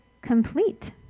complete